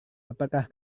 apakah